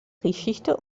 geschichte